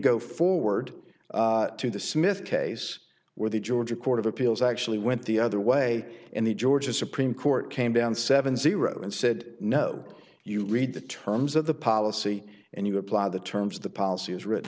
go forward to the smith case where the georgia court of appeals actually went the other way and the georgia supreme court came down seven zero and said no you read the terms of the policy and you apply the terms the policy is written